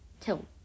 tilt